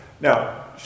Now